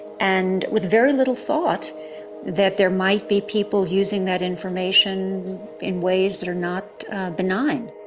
and with very little thought that there might be people using that information in ways that are not benign.